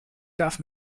darf